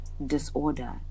disorder